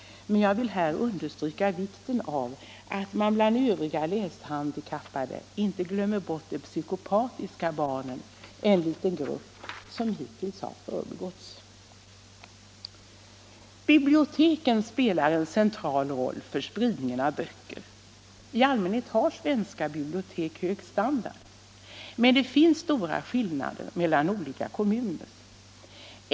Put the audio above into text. Men jag vill här understryka vikten av att man bland övriga läshandikappade inte glömmer bort de psykopatiska barnen, en liten grupp som hittills har förbigåtts. Biblioteken spelar en central roll för spridningen av böcker. I allmänhet har svenska bibliotek hög standard. Men det finns stora skillnader mellan olika kommuners bibliotek.